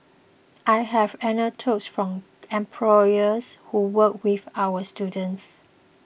I have anecdotes from employers who work with our students